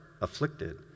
afflicted